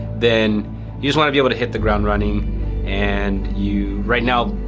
then you just wanna be able to hit the ground running and you right now